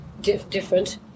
different